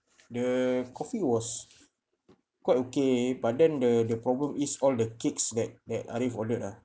the coffee was quite okay but then the the problem is all the cakes that that ariff ordered ah